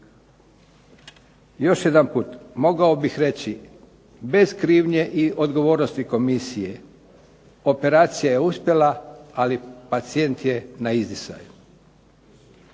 Još jedanput mogao bih reći bez krivnje i odgovornosti komisije operacija je uspjela, ali pacijent je na izdisaju.